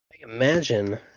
imagine